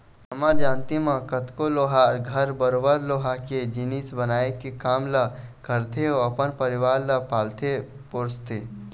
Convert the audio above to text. हमर जानती म कतको लोहार घर बरोबर लोहा के जिनिस बनाए के काम ल करथे अउ अपन परिवार ल पालथे पोसथे